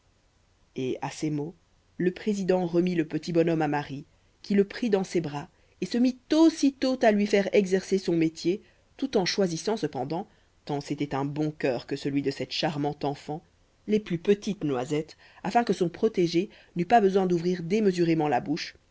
et à ces mots le président remit le petit bonhomme à marie qui le prit dans ses bras et se mit aussitôt à lui faire exercer son métier tout en choisissant cependant tant c'était un bon cœur que celui de cette charmante enfant les plus petites noisettes afin que son protégé n'eût pas besoin d'ouvrir démesurément la bouche